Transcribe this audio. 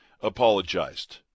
apologized